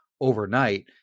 overnight